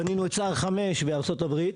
בנינו את סער חמש בארצות הברית,